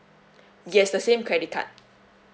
yes the same credit card